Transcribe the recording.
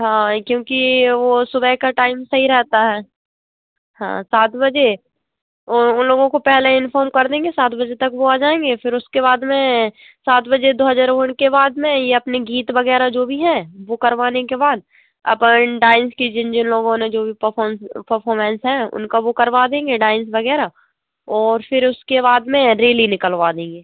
हाँ क्योंकी वो सुबह का टाइम सही रहता है हाँ सात बजे वो लोग को पहले इन्फॉर्म कर देंगे वो सात बजे तक आ जाएंगे उसके बाद में सात बजे ध्वजा रोहड़ के बाद में ये अपनी गीत वगैरह जो भी है वो करवाने के बाद अपन लाइन से जिन जिन लोगों ने जो भी परफॉ परफॉरमेंस हैं उनको वो करवा देंगे डाइन्स वगैरह फ़िर उसके बाद में रेली निकलवा देंगे